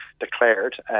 declared